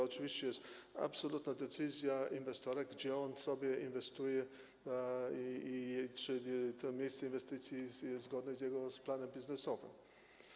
To jest oczywiście absolutnie decyzja inwestora, gdzie on sobie inwestuje i czy to miejsce inwestycji jest zgodne z jego planem biznesowym.